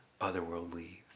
otherworldly